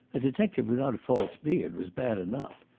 a detective without a false beard was bad enough,